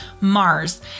Mars